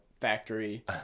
factory